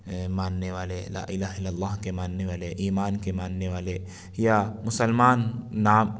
ماننے والے لا إله إلا الله کے ماننے والے ایمان کے ماننے والے یا مسلمان نام